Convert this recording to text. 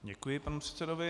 Děkuji panu předsedovi.